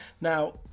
Now